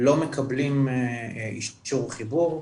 לא מקבלים אישור חיבור,